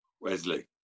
Wesley